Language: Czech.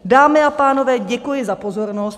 Dámy a pánové, děkuji za pozornost.